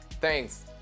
Thanks